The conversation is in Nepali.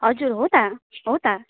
हजुर हो त हो त